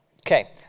Okay